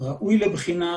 ראוי לבחינה,